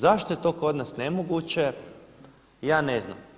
Zašto je to kod nas nemoguće ja ne znam.